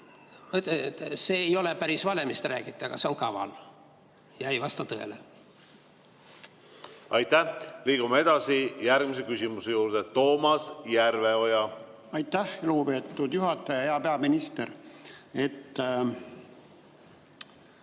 see ei ole päris vale, mis te räägite, aga see on kaval ja ei vasta tõele. Aitäh! Liigume edasi järgmise küsimuse juurde. Toomas Järveoja. Aitäh, lugupeetud juhataja! Hea peaminister! Homme